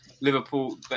Liverpool